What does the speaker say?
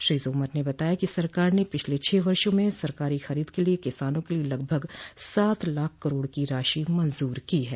श्री तोमर ने बताया कि सरकार ने पिछले छह वर्षों में सरकारी खरीद के लिए किसानों के लिए लगभग सात लाख करोड़ रुपये की राशि मंजूरी की है